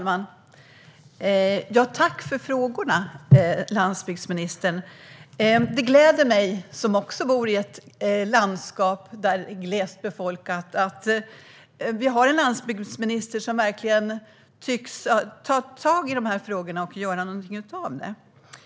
Fru talman! Jag tackar landsbygdsministern för frågorna. Det gläder mig som också bor i ett glest befolkat landskap att vi har en landsbygdsminister som verkar ta tag i dessa frågor och göra något åt dem.